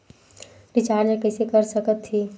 Recharge कइसे कर थे?